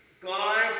God